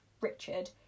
Richard